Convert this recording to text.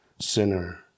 sinner